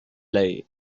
lay